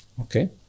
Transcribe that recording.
Okay